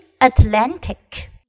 Atlantic